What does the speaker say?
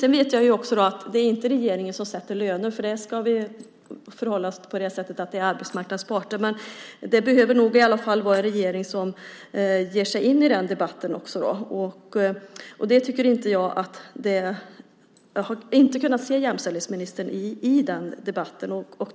Sedan vet jag att det inte är regeringen som sätter löner, utan det ska arbetsmarknadens parter göra. Men regeringen behöver nog ge sig in i den debatten, och jag har inte kunnat se jämställdhetsministern i den debatten.